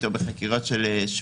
שבזה צריך לטפל.